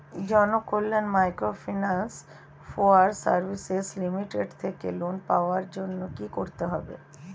Janakalyan microfinance fire service limited থেকে loan পাওয়ার জন্য কি করতে হবে?